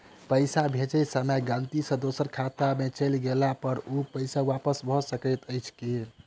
पैसा भेजय समय गलती सँ दोसर खाता पर चलि गेला पर ओ पैसा वापस भऽ सकैत अछि की?